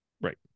right